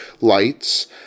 lights